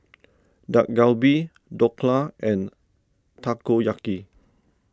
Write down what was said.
Dak Galbi Dhokla and Takoyaki